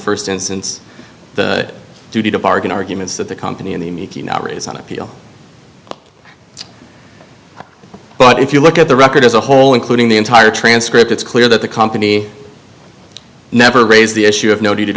st instance the duty to bargain arguments that the company in the making not raise on appeal but if you look at the record as a whole including the entire transcript it's clear that the company never raised the issue of n